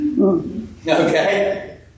okay